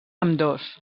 ambdós